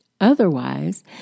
Otherwise